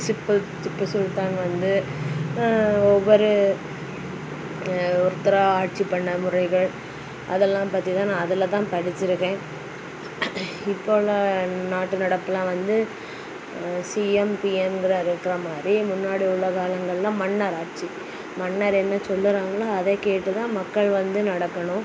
chip Tipu Sultan வந்து ஒவ்வொரு ஒருத்தராக ஆட்சி பண்ண முறைகள் அதெல்லாம் பற்றிதான் நான் அதில்தான் படிச்சிருக்கேன் இப்போது உள்ள நாட்டு நடப்புலாம் வந்து சிஎம் பிஎம்ங்குற இருக்கிற மாதிரி முன்னாடி உள்ள காலங்கள்லாம் மன்னராட்சி மன்னர் என்ன சொல்லுகிறாங்களோ அதை கேட்டு தான் மக்கள் வந்து நடக்கணும்